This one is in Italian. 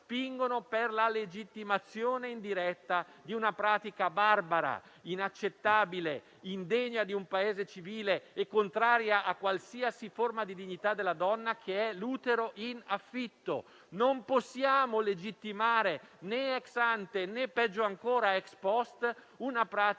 per la legittimazione indiretta di una pratica barbara, inaccettabile, indegna di un Paese civile e contraria a qualsiasi forma di dignità della donna. Mi riferisco all'utero in affitto. Non possiamo legittimare, né *ex ante* né, peggio ancora, *ex post*, una pratica